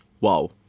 Wow